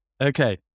Okay